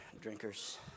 drinkers